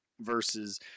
versus